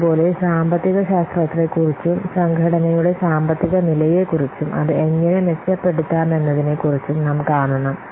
അതുപോലെ സാമ്പത്തിക ശാസ്ത്രത്തെക്കുറിച്ചും സംഘടനയുടെ സാമ്പത്തിക നിലയെക്കുറിച്ചും അത് എങ്ങനെ മെച്ചപ്പെടുത്താമെന്നതിനെക്കുറിച്ചും നാം കാണണം